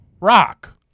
Rock